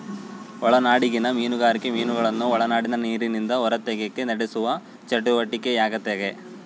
ಒಳನಾಡಿಗಿನ ಮೀನುಗಾರಿಕೆ ಮೀನುಗಳನ್ನು ಒಳನಾಡಿನ ನೀರಿಲಿಂದ ಹೊರತೆಗೆಕ ನಡೆಸುವ ಚಟುವಟಿಕೆಯಾಗೆತೆ